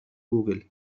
جوجل